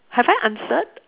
have I answered